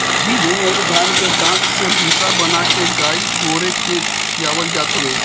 गेंहू अउरी धान के डाठ से भूसा बना के गाई गोरु के खियावल जात हवे